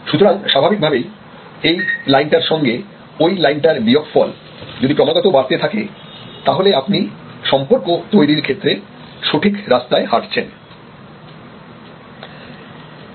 সুতরাং স্বাভাবিকভাবেই এই লাইনটার সঙ্গে ওই লাইনটার বিয়োগফল যদি ক্রমাগত বাড়তে থাকে তাহলে আপনি সম্পর্ক তৈরীর ক্ষেত্রে সঠিক রাস্তায় হাঁটছেন